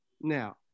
Now